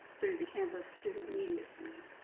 through the campus student media center.